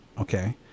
Okay